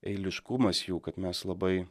eiliškumas jų kad mes labai